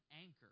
anchor